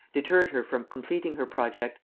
deterred her from completing her project.